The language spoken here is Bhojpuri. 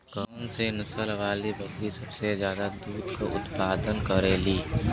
कौन से नसल वाली बकरी सबसे ज्यादा दूध क उतपादन करेली?